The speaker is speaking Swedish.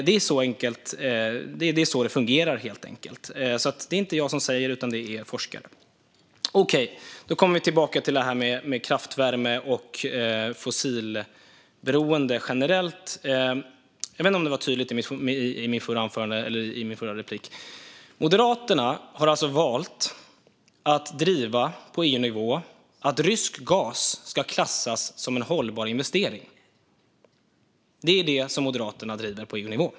Det är så det fungerar, helt enkelt. Det är inte jag som säger det, utan det är forskare. Sveriges energiför-sörjning och import av rysk energi Okej, nu kommer vi tillbaka till detta med kraftvärme och fossilberoende generellt. Jag vet inte om det var tydligt i min förra replik. Moderaterna har alltså valt att på EU-nivå driva att rysk gas ska klassas som en hållbar investering. Det är detta som Moderaterna driver på EU-nivå.